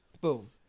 boom